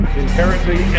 inherently